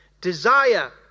Desire